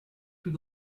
plus